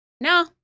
No